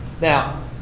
now